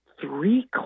three